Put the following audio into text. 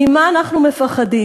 ממה אנחנו מפחדים?